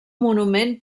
monument